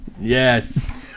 Yes